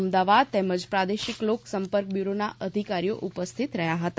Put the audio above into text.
અમદાવાદ તેમજ પ્રાદેશિક લોક સંપર્ક બ્યુરોના અધિકારીઓ ઉપસ્થિત રહ્યા હતા